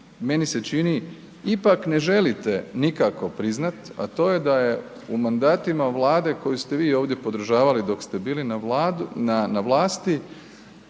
meni se čini ipak ne želite nikako priznati, a to je da je u mandatima Vlade koju ste vi ovdje podržavali dok ste bili na vlasti,